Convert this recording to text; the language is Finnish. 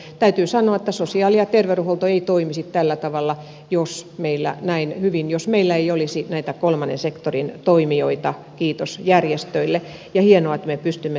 täytyy sanoa että sosiaali ja terveydenhuolto ei toimisi tällä tavalla näin hyvin jos meillä ei olisi näitä kolmannen sektorin toimijoita kiitos järjestöille ja on hienoa että me pystymme tukemaan